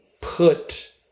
put